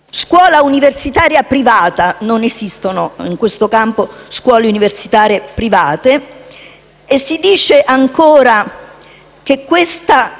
scuola universitaria privata - ma non esistono in questo campo scuole universitarie private - e si dice ancora che questa